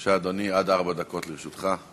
בבקשה, אדוני, עד ארבע דקות לרשותך.